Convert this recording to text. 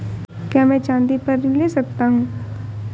क्या मैं चाँदी पर ऋण ले सकता हूँ?